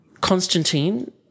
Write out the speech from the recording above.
constantine